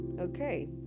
okay